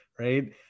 Right